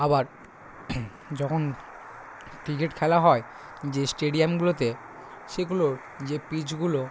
আবার যখন ক্রিকেট খেলা হয় যে স্টেডিয়ামগুলোতে সেগুলোর যে পিচগুলো